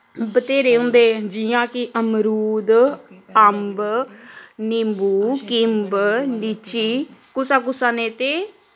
बथेरे होंदे जि'यां कि अमरुद अम्ब निम्बू किम्ब लीची कुसा कुसा ने ते